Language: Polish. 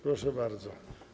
Proszę bardzo.